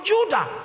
Judah